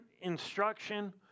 instruction